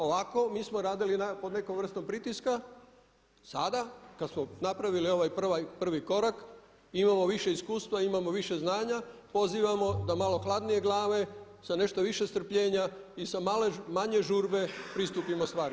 Ovako mi smo radili pod nekom vrstom pritiska sada kada smo napravili ovaj prvi korak i imamo više iskustva i imamo više znanja, pozivamo da malo hladnije glave sa nešto više strpljenja i sa manje žurbe pristupimo stvari.